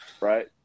Right